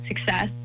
success